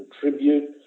contribute